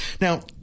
Now